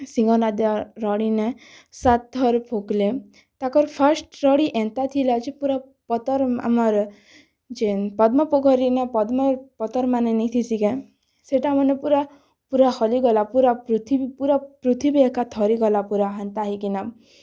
ସିଂହନାଦ ରଡ଼ିନେ ସାତ୍ ଥର୍ ଫୁକ୍ଲେ ତାକଁର୍ ଫାର୍ଷ୍ଟ୍ ରଡ଼ି ଏନ୍ତା ଥିଲା ଯେ ପୂରା ପତର୍ ଆମର୍ ଯେନ୍ ପଦ୍ମ ପୋଖରୀନେଁ ପଦ୍ମ ପତର୍ ମାନେ ନାଇଁଥିସିକେ ସେଟା ମାନେ ପୂରା ପୂରା ହଲିଗଲା ପୂରା ପୃଥିବୀ ପୂରା ପୃଥିବୀ ଏକା ଥରିଗଲା ପୁରା ହେନ୍ତା ହେଇକିନା